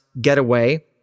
Getaway